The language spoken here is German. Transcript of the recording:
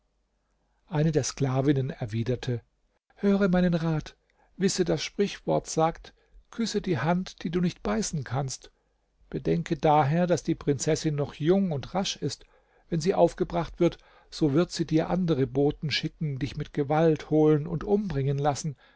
eine der sklavinnen erwiderte höre meinen rat wisse das sprichwort sagt küsse die hand die du nicht beißen kannst bedenke daher daß die prinzessin noch jung und rasch ist wenn sie aufgebracht wird so wird sie dir andere boten schicken dich mit gewalt holen und umbringen lassen